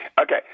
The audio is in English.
Okay